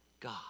God